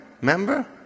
Remember